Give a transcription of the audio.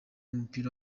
umupira